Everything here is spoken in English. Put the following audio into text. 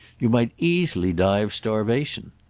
you might easily die of starvation.